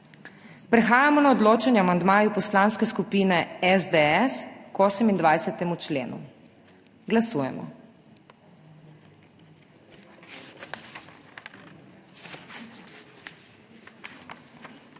Prehajamo na odločanje o amandmaju Poslanske skupine SDS k 24. členu. Glasujemo.